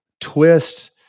twists